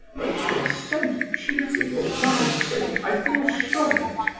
but you are sent chiefly for my sake, i feel sure of it.